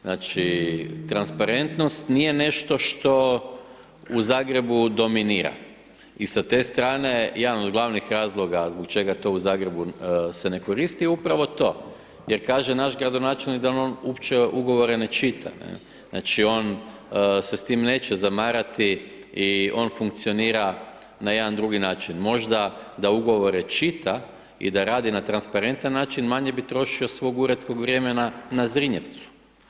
Znači, transparentnost nije nešto što u Zagrebu dominira i sa te strane jedan od glavnih razloga zbog čega to u Zagrebu se ne koristi je upravo to jer kaže naš gradonačelnik da on uopće ugovore ne čita, znači, on se s tim neće zamarati i on funkcionira na jedan drugi način, možda da ugovore čita i da radi na transparentan način, manje bi trošio svog uredskog vremena na Zrinjevcu.